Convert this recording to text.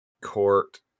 court